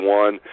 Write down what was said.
one